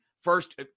First